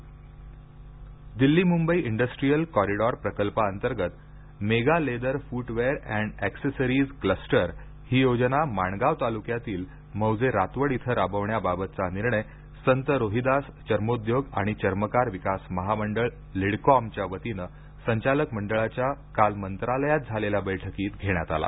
चर्मोद्योग Delhi Mumbai industrial corridor प्रकल्पांतर्गत mega leather footwear and accessories cluster ही योजना माणगाव तालुक्यातील मौजे रातवड इथ राबविण्याबाबतचा निर्णय संत रोहिदास चर्मोद्योग आणि चर्मकार विकास महामंडळ लिडकॉम च्या संचालक मंडळाच्या काल मंत्रालयात झालेल्या बैठकीत घेण्यात आला